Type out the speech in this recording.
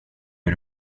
hur